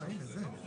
"לעוסק